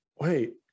wait